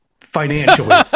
financially